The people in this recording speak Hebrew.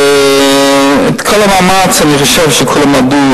אני חושב שכולם עבדו,